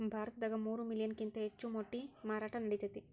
ಭಾರತದಾಗ ಮೂರ ಮಿಲಿಯನ್ ಕಿಂತ ಹೆಚ್ಚ ಮೊಟ್ಟಿ ಮಾರಾಟಾ ನಡಿತೆತಿ